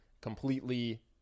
completely